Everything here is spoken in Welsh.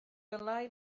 dylai